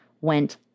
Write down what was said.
went